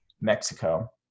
Mexico